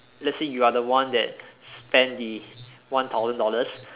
let's say you are the one that spend the one thousand dollars